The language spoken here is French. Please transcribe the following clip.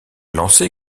lancer